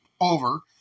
over